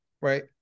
Right